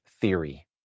theory